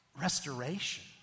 restoration